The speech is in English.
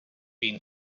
been